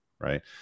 Right